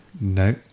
No